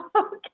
okay